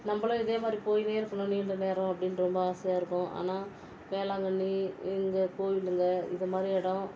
நம்பளும் இதே மாதிரி போய்கின்னே இருக்கணும் நீண்ட நேரம் அப்படின்ற ரொம்ப ஆசையாக இருக்கும் ஆனால் வேளாங்கண்ணி இங்கே கோயிலுங்க இதுமாதிரி இடம்